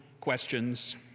questions